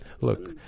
Look